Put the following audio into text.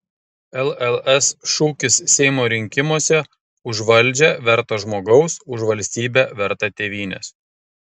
lls šūkis seimo rinkimuose už valdžią vertą žmogaus už valstybę vertą tėvynės